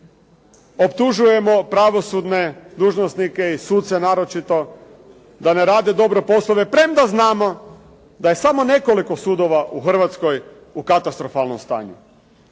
Optužujemo pravosudne dužnosnike i suce naročito da ne rade dobro poslove premda znamo da je samo nekoliko sudova u Hrvatskoj u katastrofalnom stanju.